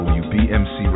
wbmc